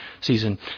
season